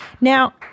Now